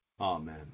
Amen